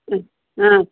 हां